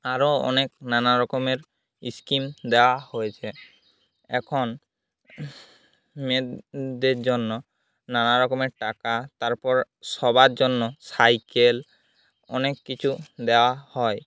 আরো অনেক নানা রকমের স্কিম দেওয়া হয়েছে এখন মেয়েদের জন্য নানা রকমের টাকা তারপর সবার জন্য সাইকেল অনেক কিছু দেওয়া হয়